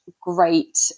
great